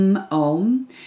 om